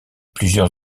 plusieurs